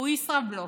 הוא ישראבלוף.